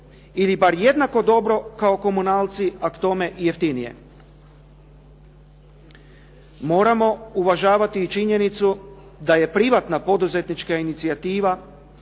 ili pak jednako dobro kao komunalci a k tome i jeftinije. Moramo uvažavati i činjenicu da je privatna poduzetnička inicijativa